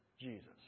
Jesus